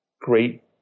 Great